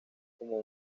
como